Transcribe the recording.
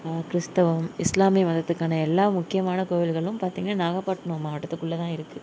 கிறிஸ்தவம் இஸ்லாமிய மதத்துக்கான எல்லா முக்கியமான கோயில்களும் பார்த்திங்கனா நாகப்பட்டினம் மாவட்டத்துக்குள்ளே தான் இருக்குது